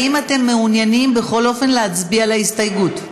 האם אתם מעוניינים בכל אופן להצביע על ההסתייגות,